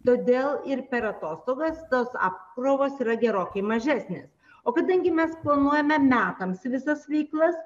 todėl ir per atostogas tos apkrovos yra gerokai mažesnės o kadangi mes planuojame metams visas veiklas